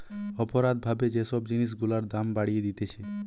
অপরাধ ভাবে যে সব জিনিস গুলার দাম বাড়িয়ে দিতেছে